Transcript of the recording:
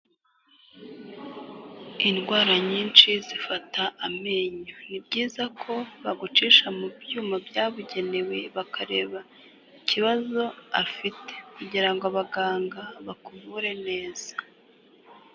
Indwara nyinshi zifata amenyo, ni byiza ko bagucisha mu byuma byabugenewe bakareba ikibazo afite kugira ngo abaganga bakuvure neza.